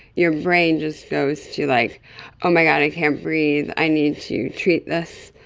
your brain just goes to, like oh my god, i can't breathe, i need to treat this.